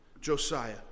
Josiah